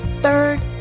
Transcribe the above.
Third